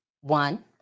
one